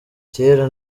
cyera